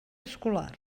escolar